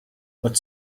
but